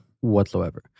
Whatsoever